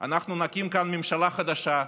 אנחנו נקים כאן ממשלה חדשה,